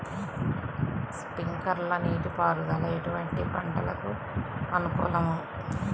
Sprinkler నీటిపారుదల ఎటువంటి పంటలకు అనుకూలము?